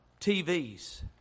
TVs